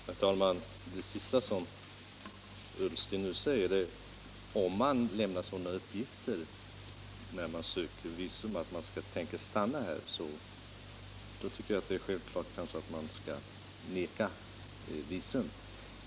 Herr talman! Med anledning av det sista som herr Ullsten anförde; nämligen att det i samband med ansökan om visum lämnas sådana uppgifter att det kan tänkas att vederbörande stannar här, vill jag säga att jag tycker att det är självklart att man då skall vägra visum.